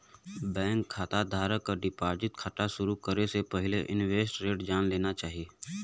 bank खाता धारक क डिपाजिट खाता शुरू करे से पहिले इंटरेस्ट रेट जान लेना चाही